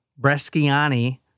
Bresciani